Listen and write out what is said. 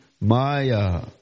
Maya